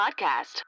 podcast